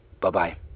Bye-bye